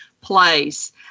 place